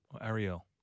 Ariel